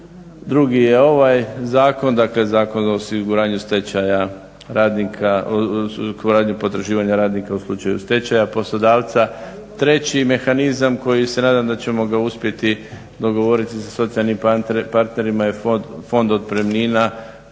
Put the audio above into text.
Drugi je ovaj zakon, dakle Zakon o osiguranju stečaja radnika, … potraživanja radnika u slučaju stečaja poslodavca. Treći mehanizam koji se nadam da ćemo ga uspjeti dogovoriti sa socijalnim partnerima je fond otpremnina